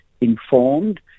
informed